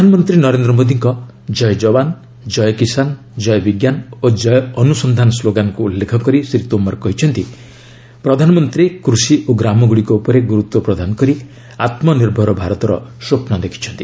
ପ୍ରଧାନମନ୍ତ୍ରୀ ନରେନ୍ଦ୍ର ମୋଦିଙ୍କ 'ଜୟ ଯବାନ ଜୟ କିଶାନ ଜୟ ବିଜ୍ଞାନ ଓ ଜୟ ଅନୁସନ୍ଧାନ' ସ୍ଲୋଗାନକୁ ଉଲ୍ଲେଖ କରି ଶ୍ରୀ ତୋମର କହିଛନ୍ତି ପ୍ରଧାନମନ୍ତ୍ରୀ କୃଷି ଓ ଗ୍ରାମଗୁଡ଼ିକ ଉପରେ ଗୁରୁତ୍ୱ ପ୍ରଦାନ କରି ଆତ୍ମ ନିର୍ଭର ଭାରତର ସ୍ୱପ୍ନ ଦେଖିଛନ୍ତି